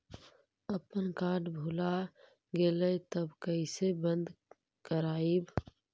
अपन कार्ड भुला गेलय तब कैसे बन्द कराइब?